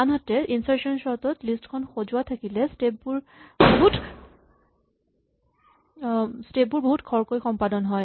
আনহাতে ইনচাৰ্চন চৰ্ট ত লিষ্ট খন সজোৱা থাকিলে স্টেপ বোৰ বহুত খৰকৈ সম্পাদন হয়